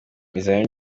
ibizamini